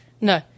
No